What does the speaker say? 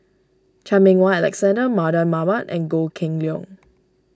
Chan Meng Wah Alexander Mardan Mamat and Goh Kheng Long